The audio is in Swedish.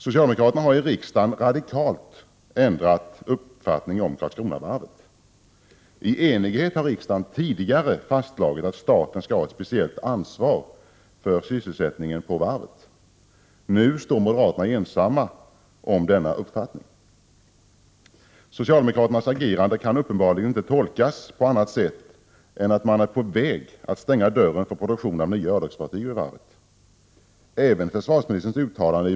Socialdemokraterna har i riksdagen radikalt ändrat uppfattning om Karlskronavarvet. I enighet har riksdagen tidigare fastslagit att staten skall ha ett speciellt ansvar för sysselsättningen på varvet. Nu står moderaterna ensamma om denna uppfattning. Socialdemokraternas agerande kan uppenbarligen inte tolkas på annat sätt än så, att man är på väg att stänga dörren för produktion av nya örlogsfartyg vid varvet. Även försvarsministerns uttalan Prot.